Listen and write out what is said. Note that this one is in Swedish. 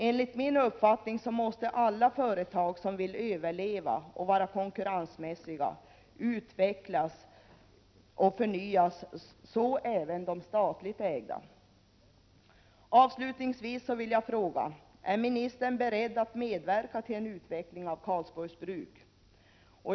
Enligt min uppfattning måste alla företag som vill överleva och vara konkurrensmässiga utvecklas och förnyas, så även de statligt ägda. 35 Avslutningsvis vill jag fråga: Är industriministern beredd att medverka till utveckling av Karlsborgs Bruk?